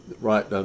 right